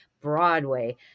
Broadway